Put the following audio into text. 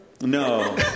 No